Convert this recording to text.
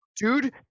Dude